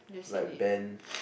like band